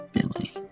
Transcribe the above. Billy